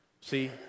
See